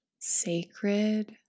sacred